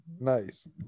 Nice